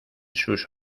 sus